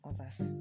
others